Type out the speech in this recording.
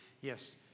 yes